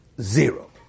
zero